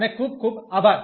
અને ખૂબ ખૂબ આભાર